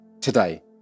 today